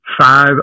five